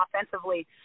offensively